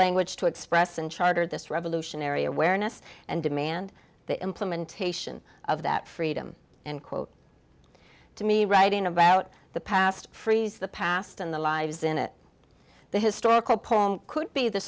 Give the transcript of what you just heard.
language to express and charter this revolutionary awareness and demand the implementation of that freedom and quote to me writing about the past frees the past and the lives in it the historical could be the